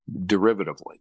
derivatively